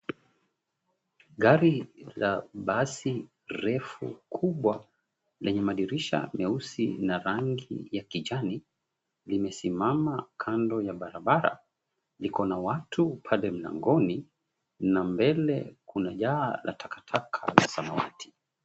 Gari la basi refu kubwa lenye madirisha meusi na rangi ya kijani, limesimama kando ya barabara, liko na watu pale mlangoni na mbele kuna jaa la takataka la samawati.